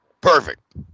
Perfect